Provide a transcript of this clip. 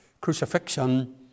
crucifixion